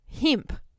hemp